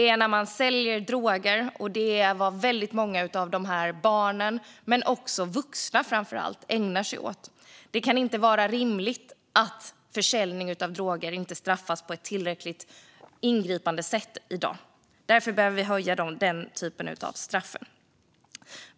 Det är när man säljer droger, och det är vad väldigt många av de här barnen men framför allt vuxna ägnar sig åt. Det är inte rimligt att försäljning av droger inte straffas på ett tillräckligt ingripande sätt i dag. Därför behöver vi höja den typen av straff.